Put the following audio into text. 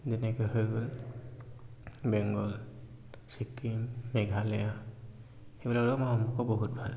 যেনেকে হৈ গ'ল বেংগল ছিকিম মেঘালয়া এইবিলাকৰ সম্পৰ্ক বহুত ভাল